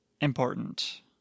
important